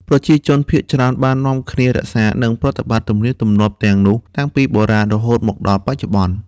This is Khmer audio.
ប្រជាជនភាគច្រើនបាននាំគ្នារក្សា និងប្រតិបត្តិទំនៀមទម្លាប់ទាំងនោះតាំងពីបុរាណរហូតមកដល់បច្ចុប្បន្ន។